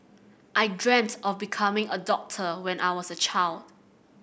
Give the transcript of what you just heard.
I dreamt of becoming a doctor when I was a child